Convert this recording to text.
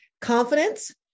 confidence